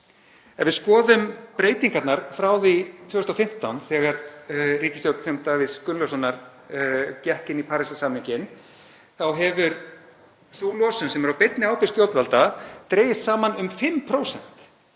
Ef við skoðum breytingarnar frá því 2015, þegar ríkisstjórn Sigmundar Davíðs Gunnlaugssonar gekk inn í Parísarsamninginn, hefur sú losun sem er á beinni ábyrgð stjórnvalda dregist saman um 5%.